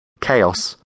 Chaos